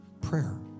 Prayer